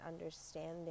understanding